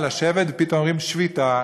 לשבת שם ופתאום אומרים: "שביתה".